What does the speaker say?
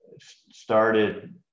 started